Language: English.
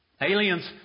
Aliens